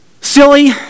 Silly